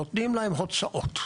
נותנים להם הוצאות,